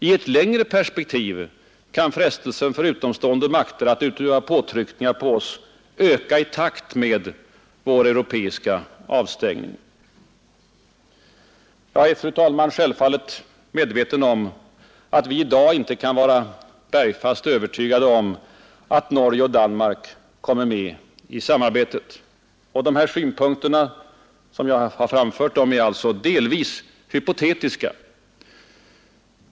I ett längre perspektiv kan frestelsen för utomstående makter att utöva påtryckningar på oss öka i takt med vår europeiska avstängning. Jag är, fru talman, självfallet medveten om att vi i dag inte kan vara bergfast övertygade om att Norge och Danmark kommer med i samarbetet. De synpunkter som jag har framfört är alltså delvis hypotetiska.